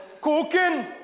cooking